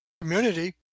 community